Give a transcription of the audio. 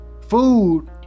food